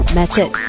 method